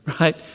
Right